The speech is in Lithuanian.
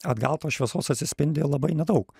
atgal tos šviesos atsispindi labai nedaug